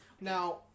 Now